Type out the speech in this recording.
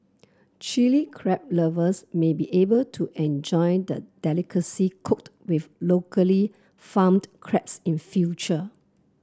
Chilli Crab lovers may be able to enjoy the delicacy cooked with locally farmed crabs in future